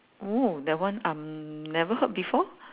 oo that one I'm never heard before